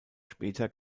später